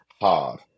hard